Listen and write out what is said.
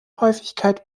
häufigkeit